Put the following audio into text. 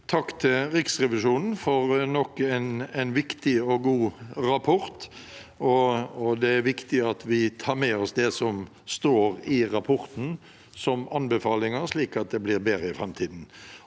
takk til Riksrevisjonen for nok en viktig og god rapport. Det er viktig at vi tar med oss det som står i rapporten, som anbefalinger, slik at det blir bedre i framtiden.